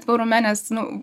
tvarume nes nu